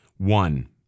One